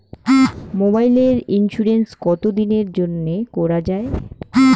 মোবাইলের ইন্সুরেন্স কতো দিনের জন্যে করা য়ায়?